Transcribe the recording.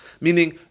Meaning